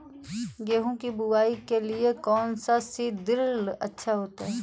गेहूँ की बुवाई के लिए कौन सा सीद्रिल अच्छा होता है?